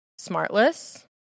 Smartless